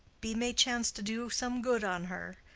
be may chance to do some good on her.